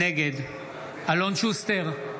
נגד אלון שוסטר,